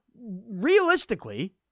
realistically